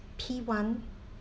P one